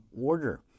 order